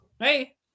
hey